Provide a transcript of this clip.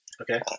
Okay